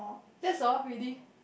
that's all really